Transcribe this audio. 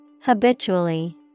Habitually